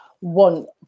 want